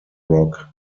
rock